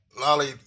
Lolly